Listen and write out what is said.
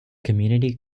community